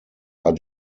are